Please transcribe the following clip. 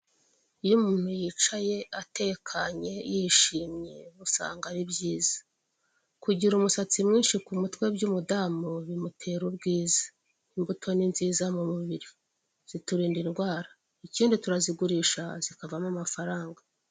Iyo umuntu yicaye atekanye yishimye usanga ari byiza, kugira umusatsi mwinshi ku mutwe by'umudamu bimutera ubwiza imbuto ni nziza mu mubiri ziturinda indwara ikindi turazigurisha zikavamo amafaranga.